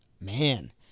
man